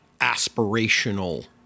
aspirational